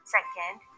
Second